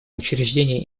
учреждение